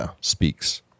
speaks